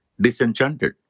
disenchanted